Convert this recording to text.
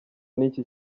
n’iki